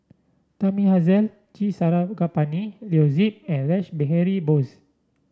Thamizhavel G Sarangapani Leo Yip and Rash Behari Bose